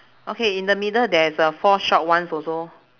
okay in the middle there is a four short ones also